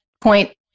point